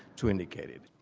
to indicate it.